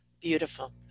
Beautiful